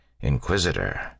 Inquisitor